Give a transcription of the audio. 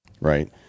Right